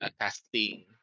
casting